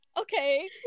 okay